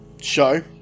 Show